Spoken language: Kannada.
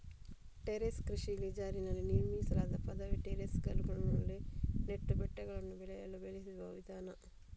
ಟೆರೇಸ್ ಕೃಷಿ ಇಳಿಜಾರಿನಲ್ಲಿ ನಿರ್ಮಿಸಲಾದ ಪದವಿ ಟೆರೇಸುಗಳಲ್ಲಿ ನೆಟ್ಟು ಬೆಟ್ಟಗಳು ಬೆಳೆಗಳನ್ನು ಬೆಳೆಯುವ ವಿಧಾನ